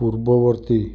ପୂର୍ବବର୍ତ୍ତୀ